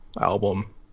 album